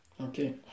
Okay